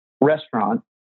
restaurant